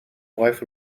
wife